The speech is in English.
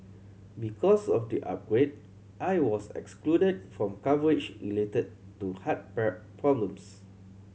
because of the upgrade I was excluded from coverage related to heart problems